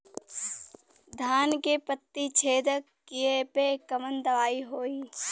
धान के पत्ती छेदक कियेपे कवन दवाई होई?